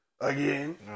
again